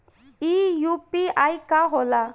ई यू.पी.आई का होला?